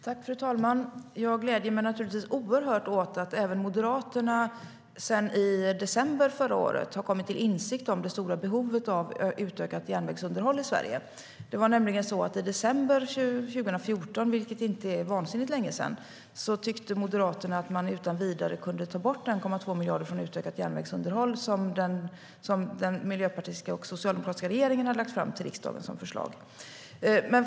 Fru talman! Jag gläder mig naturligtvis oerhört åt att även Moderaterna i december förra året kom till insikt om det stora behovet av utökat järnvägsunderhåll i Sverige. Det var nämligen så att i december 2014, vilket inte är så vansinnigt länge sedan, tyckte Moderaterna att man utan vidare kunde ta bort 1,2 miljarder från utökat järnvägsunderhåll som den miljöpartistiska och socialdemokratiska regeringen hade lagt fram till riksdagen som förslag.